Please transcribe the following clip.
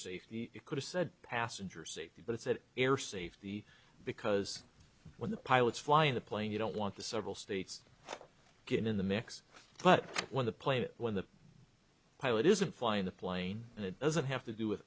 safety it could have said passenger safety but it's an air safety because when the pilots flying the plane you don't want the several states get in the mix but when the plane when the pilot isn't flying the plane and it doesn't have to do with